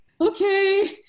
okay